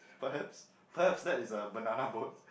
perhaps perhaps that is a banana boat